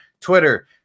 Twitter